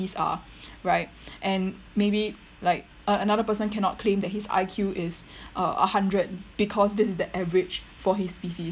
are right and maybe like a~ another person cannot claim that his I_Q is uh a hundred because this is the average for his specie